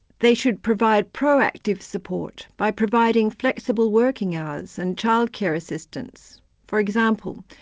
they should provide pro-active support, by providing flexible working hours and childcare assistance for example,